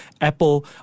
Apple